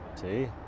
See